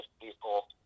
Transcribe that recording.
people